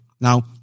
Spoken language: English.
Now